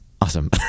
Awesome